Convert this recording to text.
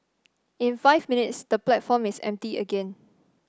in five minutes the platform is empty again